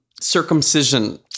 circumcision